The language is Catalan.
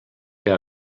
que